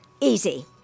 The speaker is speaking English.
easy